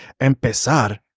empezar